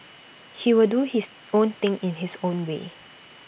he will do his own thing in his own way